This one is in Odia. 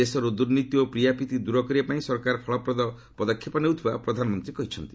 ଦେଶରୁ ଦୁର୍ନୀତି ଓ ପ୍ରିୟାପ୍ରୀତି ଦୂର କରିବା ପାଇଁ ସରକାର ଫଳପ୍ରଦ ପଦକ୍ଷେପ ନେଉଥିବା ପ୍ରଧାନମନ୍ତ୍ରୀ କହିଛନ୍ତି